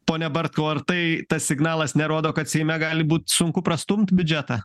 pone bartkau ar tai tas signalas nerodo kad seime gali būt sunku prastumt biudžetą